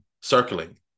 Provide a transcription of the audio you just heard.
circling